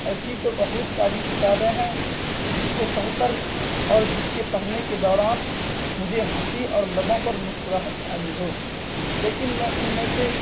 ایسی تو بہت ساری کتابیں ہیں جس کو پڑھ کر اور جس کے پرھنے کے دوران مجھے ہنسی اور لبوں پر مسکراہٹ آئی ہو لیکن میں ان میں سے